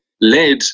led